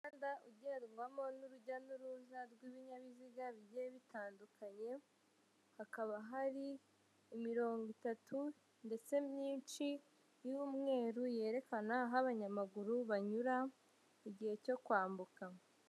Umuhanda ugendwamo n'urujya n'uruza rw'ibinyabiziga bigiye bitandukanye, hakaba hari imirongo itatu ndetse myinshi y'umweru, yerekana aho abanyamaguru banyura igihe cyo kwambuka.